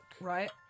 Right